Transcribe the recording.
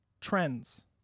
trends